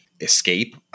escape